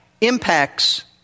impacts